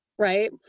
Right